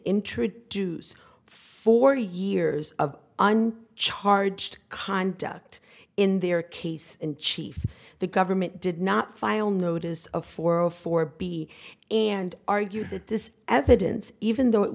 introduce forty years of charged conduct in their case in chief the government did not file notice of four or four b and argue that this evidence even though it